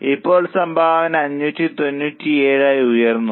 ഇപ്പോൾ സംഭാവന 597 ആയി ഉയർന്നു